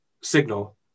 signal